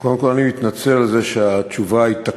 קודם כול, אני מתנצל על זה שהתשובה התעכבה.